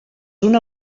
una